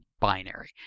binary